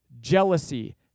jealousy